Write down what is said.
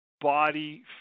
body